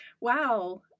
wow